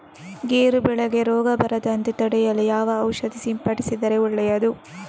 ಗೇರು ಬೆಳೆಗೆ ರೋಗ ಬರದಂತೆ ತಡೆಯಲು ಯಾವ ಔಷಧಿ ಸಿಂಪಡಿಸಿದರೆ ಒಳ್ಳೆಯದು?